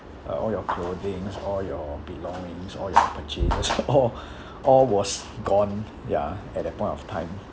uh all your clothings all your belongings all your purchases all all was gone ya at that point of time